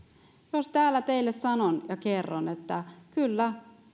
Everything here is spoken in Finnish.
jos täällä teille sanon ja kerron että kyllä